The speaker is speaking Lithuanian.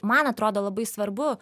man atrodo labai svarbu